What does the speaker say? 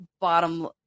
bottom